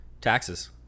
taxes